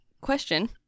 Question